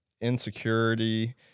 insecurity